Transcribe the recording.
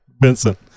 Vincent